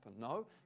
No